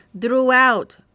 throughout